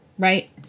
right